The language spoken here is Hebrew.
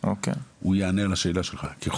הוא יענה על השאלה שלך.